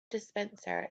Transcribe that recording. dispenser